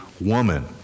woman